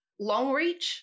Longreach